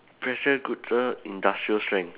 pressure cooker industrial strength